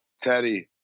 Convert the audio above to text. Teddy